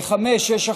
ב-17:00,